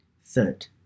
Third